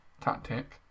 tactic